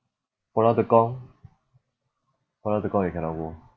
pulau tekong pulau tekong you cannot go